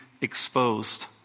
exposed